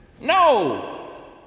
No